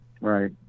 Right